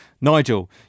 Nigel